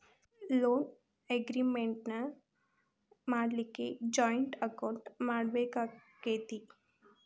Loan agreement ಮಾಡ್ಲಿಕ್ಕೆ joint account ಮಾಡ್ಬೆಕಾಕ್ಕತೇ?